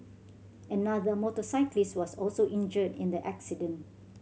another motorcyclist was also injured in the accident